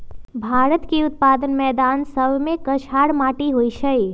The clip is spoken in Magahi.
भारत के उत्तरी मैदान सभमें कछार माटि होइ छइ